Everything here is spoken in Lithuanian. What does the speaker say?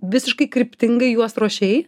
visiškai kryptingai juos ruošei